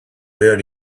reared